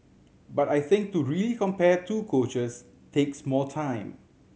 but I think to really compare two coaches takes more time